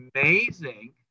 amazing